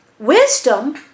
Wisdom